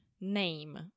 name